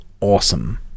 awesome